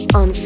on